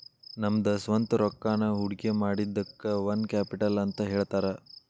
ನಮ್ದ ಸ್ವಂತ್ ರೊಕ್ಕಾನ ಹೊಡ್ಕಿಮಾಡಿದಕ್ಕ ಓನ್ ಕ್ಯಾಪಿಟಲ್ ಅಂತ್ ಹೇಳ್ತಾರ